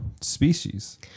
species